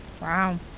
Wow